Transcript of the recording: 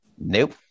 Nope